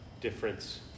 difference